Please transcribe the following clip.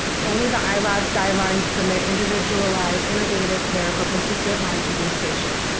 only the ilads guidelines permit individualized innovative care for persistent lyme disease patients.